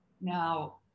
Now